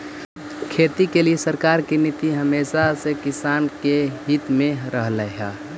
खेती के लिए सरकार की नीति हमेशा से किसान के हित में रहलई हे